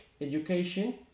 education